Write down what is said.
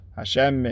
Hashem